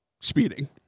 speeding